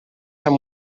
amb